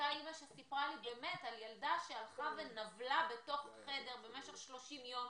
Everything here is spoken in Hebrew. אותה אימא סיפרה לי על ילדה שהלכה ונבלה בתוך החדר במשך 30 יום.